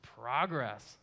progress